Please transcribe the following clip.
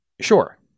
Sure